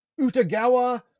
Utagawa